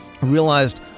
realized